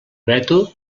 veto